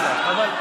בעד משה ארבל,